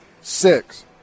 Six